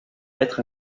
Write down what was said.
être